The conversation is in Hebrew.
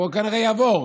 הוא כנראה יעבור.